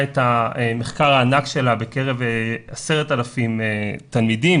את המחקר הענק שלה בקרב 10,000 תלמידים,